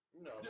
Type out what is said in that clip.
No